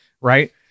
right